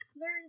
Learn